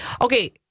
Okay